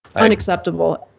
unacceptable.